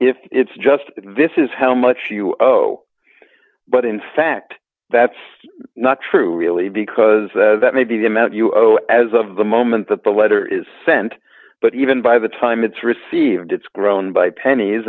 if it's just this is how much you owe but in fact that's not true really because that may be the amount you owe as of the moment that the letter is sent but even by the time it's received it's grown by pennies